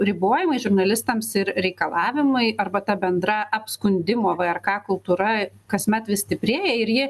ribojimai žurnalistams ir reikalavimai arba ta bendra apskundimo vrk kultūra kasmet vis stiprėja ir ji